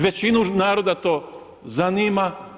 Većinu naroda to zanima.